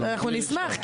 אבל --- נשמח,